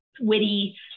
witty